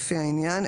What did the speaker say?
לפי העניין,